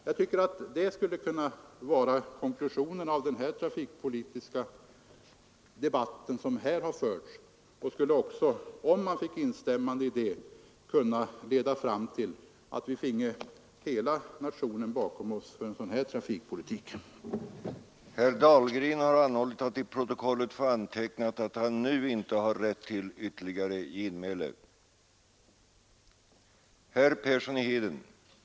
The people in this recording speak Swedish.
Jag tycker att det skulle kunna vara konklusionen av den trafikpolitiska debatt som här har förts, och det skulle också, om man fick instämmande i detta program. kunna leda till att vi finge alla att stå bakom en sådan trafikpolitik. få antecknat att han inte ägde rätt till ytterligare replik.